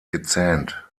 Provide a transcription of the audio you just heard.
gezähnt